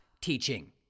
teaching